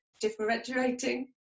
differentiating